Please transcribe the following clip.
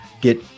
get